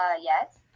yes